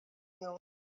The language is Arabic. اليوم